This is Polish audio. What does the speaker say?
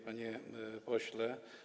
Panie Pośle!